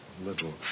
little